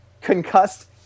concussed